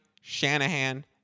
Shanahan